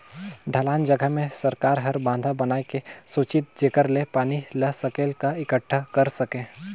ढलान जघा मे सरकार हर बंधा बनाए के सेचित जेखर ले पानी ल सकेल क एकटठा कर सके